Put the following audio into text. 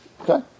Okay